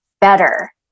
better